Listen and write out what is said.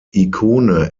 ikone